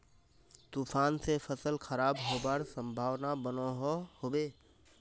तूफान से फसल खराब होबार संभावना बनो होबे?